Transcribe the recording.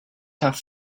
have